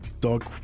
dog